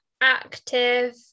active